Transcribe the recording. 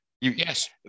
Yes